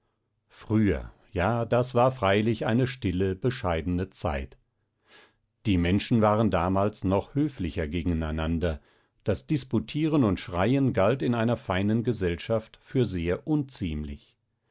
früher ja das war freilich eine stille bescheidene zeit die menschen waren damals noch höflicher gegeneinander das disputieren und schreien galt in einer feinen gesellschaft für sehr unziemlich